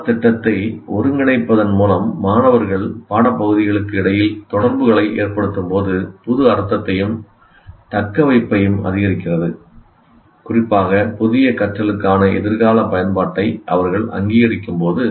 பாடத்திட்டத்தை ஒருங்கிணைப்பதன் மூலம் மாணவர்கள் பாடப்பகுதிகளுக்கு இடையில் தொடர்புகளை ஏற்படுத்தும்போது அது அர்த்தத்தையும் தக்கவைப்பையும் அதிகரிக்கிறது குறிப்பாக புதிய கற்றலுக்கான எதிர்கால பயன்பாட்டை அவர்கள் அங்கீகரிக்கும்போது